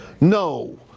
No